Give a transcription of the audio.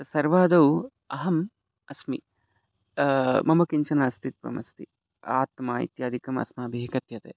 सर्वादौ अहम् अस्मि मम किञ्चन अस्तित्वमस्ति आत्मा इत्यादिकम् अस्माभिः कथ्यते